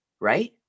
right